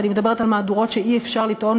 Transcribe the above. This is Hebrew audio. ואני מדברת על מהדורות שאי-אפשר לטעון,